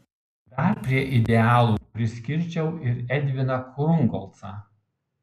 dar prie idealų priskirčiau ir edviną krungolcą